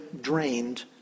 drained